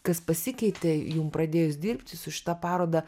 kas pasikeitė jum pradėjus dirbti su šita paroda